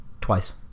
twice